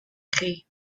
chi